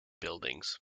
buildings